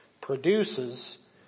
produces